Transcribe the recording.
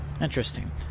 Interesting